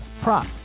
prop